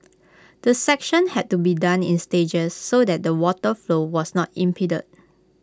the section had to be done in stages so that the water flow was not impeded